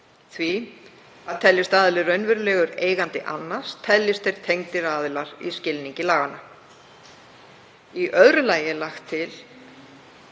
því að teljist aðili raunverulegur eigandi annars, teljist þeir „tengdir aðilar“ í skilningi laganna. Í öðru lagi er lagt til